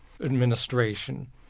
administration